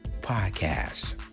podcast